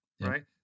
right